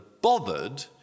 bothered